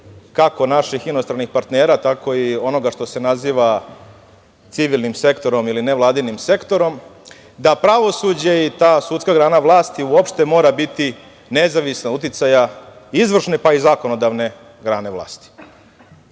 kako naših inostranih partnera, tako i onoga što se naziva civilnim sektorom ili nevladinim sektorom, da pravosuđe i ta sudska grana vlasti, uopšte mora biti nezavisnog uticaja izvršne, pa i zakonodavne grane vlasti,